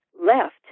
left